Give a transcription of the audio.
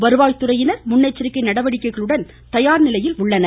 வருவாய்த்துறையினர் முன்னெச்சரிக்கை நடவடிக்கைகளுடன் தயார் நிலையில் உள்ளனர்